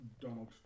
Donald